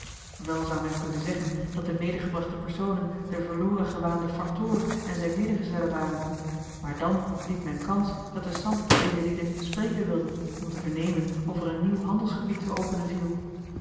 wel zou men kunnen zeggen dat de medegebrachte personen de verloren gewaande factoor en zijn medegezellen waren maar dan liep men kans dat de sant deze lieden spreken wilde om te vernemen of er een nieuw handelsgebied te openen viel